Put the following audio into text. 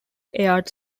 aired